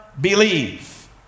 believe